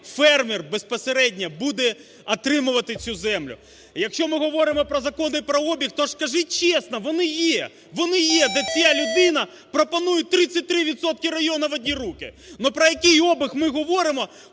фермер безпосередньо буде отримувати цю землю. Якщо ми говоримо про закони про обіг, то скажіть чесно, вони є. Вони є, де ця людина пропонує 33 відсотки району в одні руки! Ну, про який обіг ми говоримо,